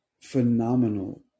phenomenal